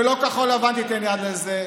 וכחול לבן לא תיתן יד לזה,